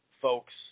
folks